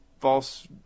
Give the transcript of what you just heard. false